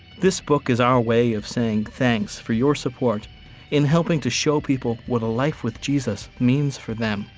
this book is our way of saying thanks for your support in helping to show people what a life with jesus means for them.